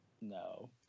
No